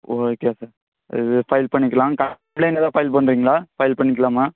okay sir இது file பண்ணிக்கலாம் complaint எதா ஃபைல் பண்ணுறீங்களா ஃபைல் பண்ணிக்கலாமா